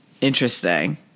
Interesting